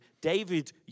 David